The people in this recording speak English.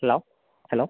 hello hello